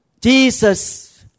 Jesus